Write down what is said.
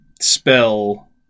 spell